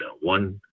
one